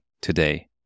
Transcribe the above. today